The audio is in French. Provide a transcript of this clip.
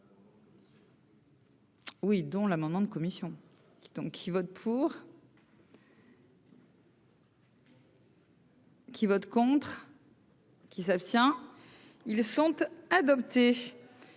Oui, dont l'amendement de commission Titan qui vote pour. Qui vote contre. Qui s'abstient ils sentent adopté,